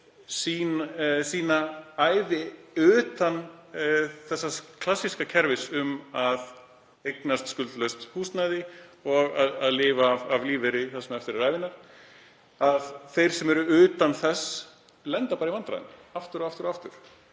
sína ævi utan þessa klassíska kerfis um að eignast skuldlaust húsnæði og að lifa af lífeyri það sem eftir er ævinnar. Þeir sem eru utan þess lenda í vandræðum aftur og aftur.